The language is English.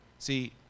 See